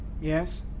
Yes